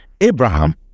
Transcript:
Abraham